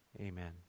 Amen